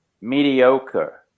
mediocre